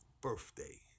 birthday